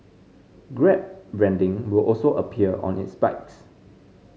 grab branding will also appear on its bikes